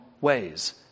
ways